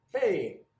hey